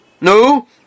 No